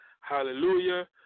Hallelujah